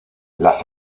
las